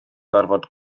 gorfod